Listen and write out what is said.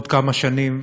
עוד כמה שנים